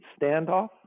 standoff